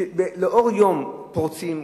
שבהם לאור היום פורצים,